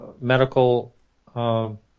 medical –